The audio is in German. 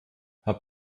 herr